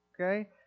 Okay